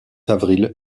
avril